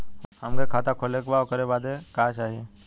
हमके खाता खोले के बा ओकरे बादे का चाही?